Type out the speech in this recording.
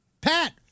Pat